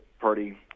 party